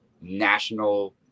national